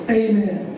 amen